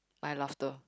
my laughter